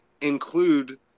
include